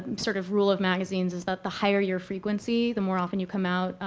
sort of, rule of magazines is that the higher your frequency, the more often you come out,